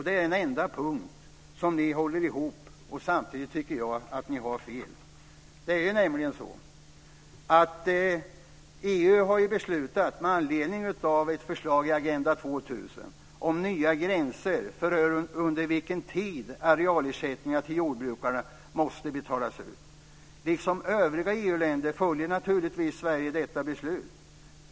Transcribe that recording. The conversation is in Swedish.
Det är den enda punkten där ni håller ihop, och samtidigt tycker jag att ni har fel. Det är nämligen så att med anledning av ett förslag i Agenda 2000 har EU beslutat om nya gränser för under vilken tid arealersättningar till jordbrukare måste betalas ut. Liksom övriga EU-länder följer naturligtvis Sverige detta beslut.